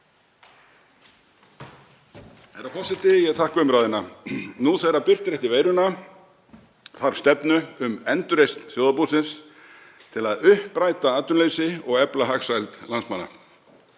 Herra forseti. Ég þakka umræðuna. Nú þegar birtir eftir veiruna þarf stefnu um endurreisn þjóðarbúsins til að uppræta atvinnuleysi og efla hagsæld landsmanna.